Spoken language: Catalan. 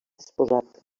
exposat